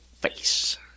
face